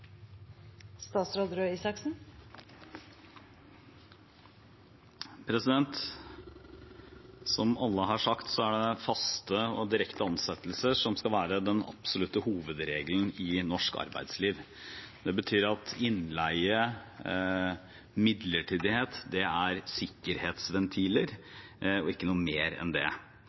Som alle har sagt, er det faste og direkte ansettelser som skal være den absolutte hovedregelen i norsk arbeidsliv. Det betyr at innleie og